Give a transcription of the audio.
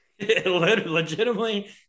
Legitimately